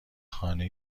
خانه